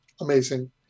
amazing